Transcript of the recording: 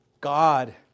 God